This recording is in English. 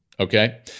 Okay